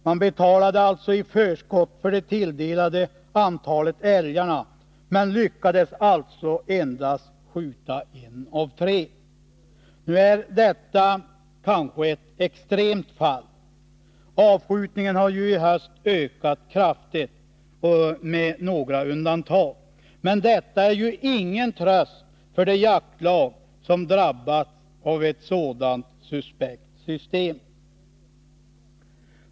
De betalade alltså i förskott för det tilldelade antalet älgar men lyckades endast skjuta en av tre. Kanske är detta ett extremt fall, för avskjutningen har ju i höst ökat kraftigt, med några undantag, men det är ju ingen tröst för de jaktlag som drabbats av ett sådant suspekt system.